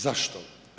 Zašto?